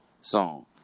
song